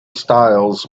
styles